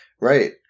Right